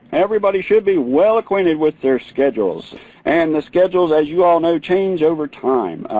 everybody should be well acquainted with their schedules and the schedules, as you all know, change over time.